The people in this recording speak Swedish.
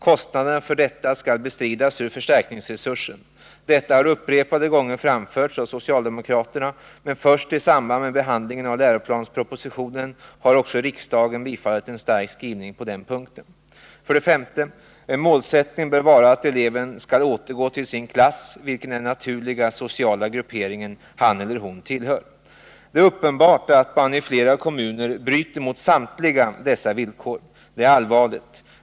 Kostnaderna för detta skall bestridas ur förstärkningsresursen. Detta har upprepade gånger framförts av socialdemokraterna, men först i samband med behandlingen av läroplanspropositionen har också riksdagen bifallit en stark skrivning på den här punkten. 5. En målsättning bör vara att eleven skall återgå till sin klass, vilken är den naturliga sociala gruppering han eller hon tillhör. Det är uppenbart att man i flera kommuner bryter mot samtliga dessa villkor. Detta är allvarligt.